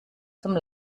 zum